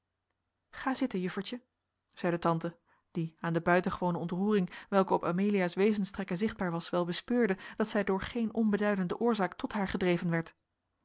ga zitten juffertje zeide tante die aan de buitengewone ontroering welke op amelia's wezenstrekken zichtbaar was wel bespeurde dat zij door geen onbeduidende oorzaak tot haar gedreven werd